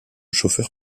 chauffeur